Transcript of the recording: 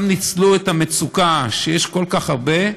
גם ניצלו את המצוקה שיש כל כך הרבה,